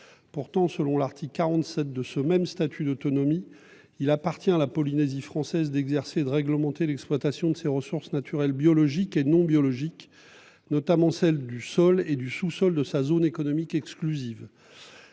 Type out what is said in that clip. Pourtant, selon l'article 47 de ce même statut d'autonomie. Il appartient à la Polynésie française d'exercer de réglementer l'exploitation de ces ressources naturelles biologique et non biologique, notamment celle du sol et du sous-sol de sa zone économique exclusive.